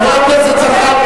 חבר הכנסת אורי אריאל,